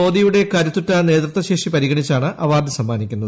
മോദിയുടെ കരുത്തുറ്റ നേതൃത്വശേഷി പരിഗണിച്ചാണ് അവാർഡ് സമ്മാന്റിക്കുന്നത്